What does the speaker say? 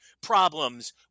problems